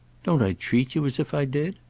don't i treat you as if i did?